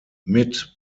mit